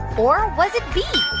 or was it b,